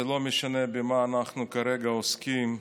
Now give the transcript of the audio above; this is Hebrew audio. זה לא משנה במה אנחנו כרגע עוסקים,